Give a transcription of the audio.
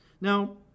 Now